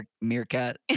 Meerkat